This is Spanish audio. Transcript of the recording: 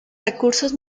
recursos